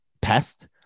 pest